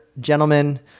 gentlemen